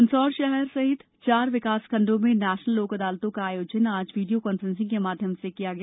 मंदसौर शहर सहित चार विकास खण्डों में नेशनल लोक अदालत का आज आयोजन वीडियो कॉफ्रेंसिंग के माध्यम से किया गया